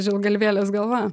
žilgalvėlės galva